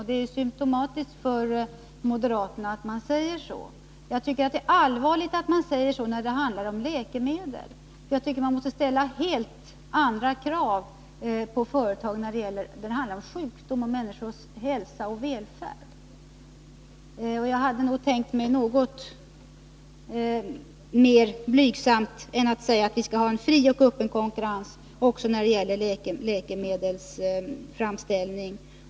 Det är symtomatiskt för moderaterna att man säger så. Jag tycker att det är allvarligt att säga så när det handlar om läkemedel. Jag tycker att man måste ställa helt andra krav på företag när det handlar om bot mot sjukdom, människors hälsa och välfärd. Jag hade nog tänkt mig något mer blygsamt än att vi skall ha en fri och öppen konkurrens också när det gäller läkemedelsframställning.